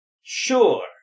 Sure